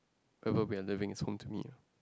wherever we are living is home to me lah